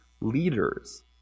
leaders